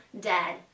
dead